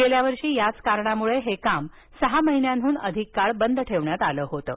गेल्या वर्षी याच कारणामुळे हे काम सहा महिन्यांहून अधिक काळ बंद ठेवण्यात आलं होतं